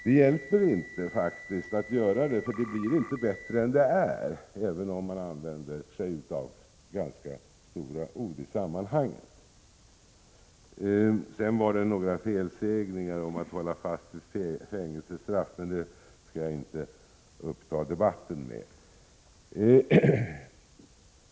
Det hjälper faktiskt inte, för det blir inte bättre än det är, även om man använder sig av stora ord i sammanhanget. Så förekom det några felsägningar om att hålla fast vid fängelsestraff, men jag skall inte uppta tiden med det.